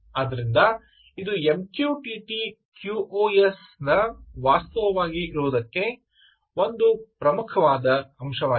ಆದ್ದರಿಂದ ಇದು MQTT QoS ವಾಸ್ತವವಾಗಿ ಇರುವುದಕ್ಕೆ ಒಂದು ಪ್ರಮುಖ ಅಂಶವಾಗಿದೆ